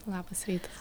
labas rytas